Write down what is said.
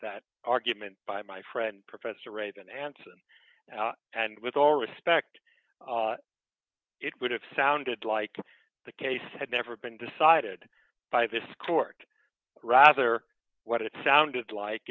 that argument by my friend professor raven hansen and with all respect it would have sounded like the case had never been decided by this court rather what it sounded like